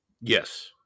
Yes